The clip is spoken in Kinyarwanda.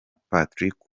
patrick